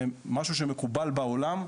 זה משהו שמקובל בעולם,